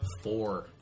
Four